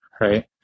Right